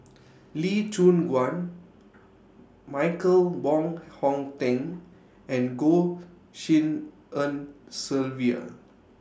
Lee Choon Guan Michael Wong Hong Teng and Goh Tshin En Sylvia